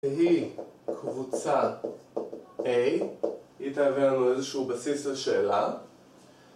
תהי קבוצה A, היא תהווה לנו איזשהו בסיס לשאלה